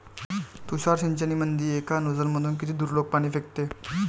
तुषार सिंचनमंदी एका नोजल मधून किती दुरलोक पाणी फेकते?